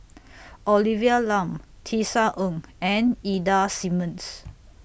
Olivia Lum Tisa Ng and Ida Simmons